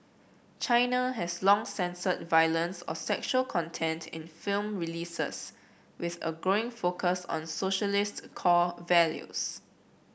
China has long censored violence or sexual content in film releases with a growing focus on socialist core values